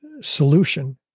solution